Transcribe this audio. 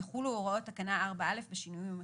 יחולו הוראות תקנה 4(א) בשינויים המחויבים.